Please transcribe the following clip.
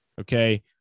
okay